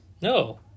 No